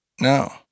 No